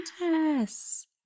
Yes